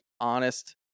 honest